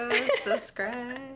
subscribe